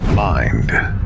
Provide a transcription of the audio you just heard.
Mind